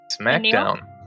smackdown